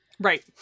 Right